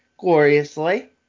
gloriously